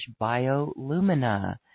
Biolumina